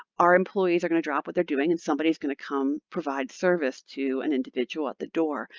our employees are going to drop what they're doing, and somebody is going to come, provide service to an individual at the door.